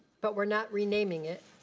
but we're not renaming it,